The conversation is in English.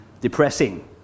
depressing